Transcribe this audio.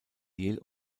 yale